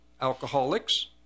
alcoholics